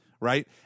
right